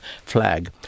flag